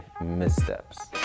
missteps